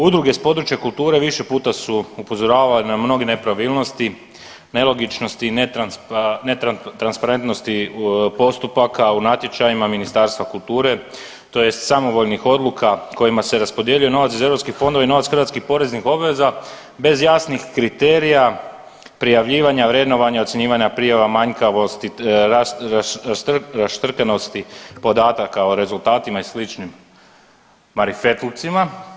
Udruge s područja kulture više puta su upozoravale na mnoge nepravilnosti, nelogičnosti i netransparentnosti postupaka u natječajima Ministarstva kulture tj. samovoljnih odluka kojima se raspodjeljuje novac iz europskih fondova i novac hrvatskih poreznih obveznika bez jasnih kriterija prijavljivanja, vrednovanja, ocjenjivanja, prijava, manjkavosti, raštrkanosti podataka o rezultatima i sličnim marifetlucima.